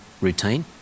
routine